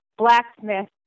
blacksmith